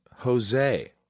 Jose